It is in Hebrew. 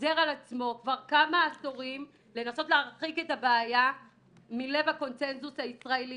שחוזר על עצמו כמה עשורים לנסות להרחיק את הבעיה מלב הקונצנזוס הישראלי.